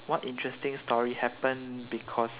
what interesting story happen because